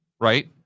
Right